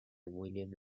william